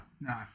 no